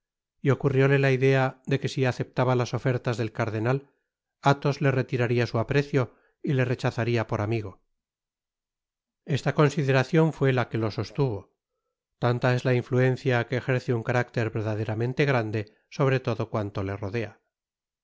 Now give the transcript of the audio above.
y ocurrióle la idea de que si aceptaba las ofertas del cardenal athos le retiraria su aprecio y le rechazaria por amigo esta consideracion fué la que la sostuvo tanta es la inftuencia que ejerce un carácter verdaderamente grande sobre todo cuanto le rodea